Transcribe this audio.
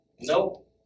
Nope